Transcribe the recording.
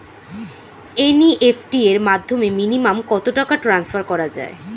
NEFT র মাধ্যমে minimum কত টাকা টান্সফার করা যায়?